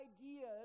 ideas